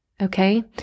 Okay